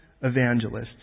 evangelists